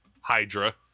hydra